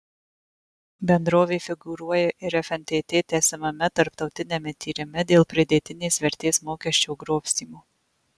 bendrovė figūruoja ir fntt tęsiamame tarptautiniame tyrime dėl pridėtinės vertės mokesčio grobstymo